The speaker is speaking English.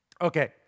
Okay